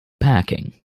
packing